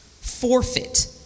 forfeit